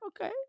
Okay